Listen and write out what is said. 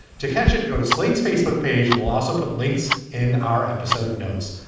to catch it. go to slate's facebook page and we'll also put links in our episode notes.